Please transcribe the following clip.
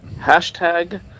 hashtag